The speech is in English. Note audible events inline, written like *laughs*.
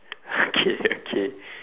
*laughs* okay okay